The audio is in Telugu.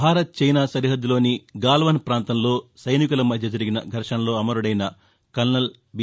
భారత్ చైనా సరిహద్దులోని గాల్వాన్ పాంతంలో సైనికుల మధ్య జరిగిన ఘర్వణలో అమరుడైన కల్సల్ బీ